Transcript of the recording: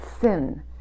sin